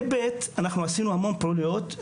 בתשפ"ב אנחנו עשינו המון פעילויות.